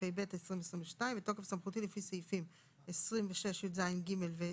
התשפ"ב 2022 בתוקף סמכותי לפי סעיפים 26יז(ג) ו-26כח(ג)